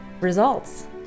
results